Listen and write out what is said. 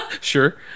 Sure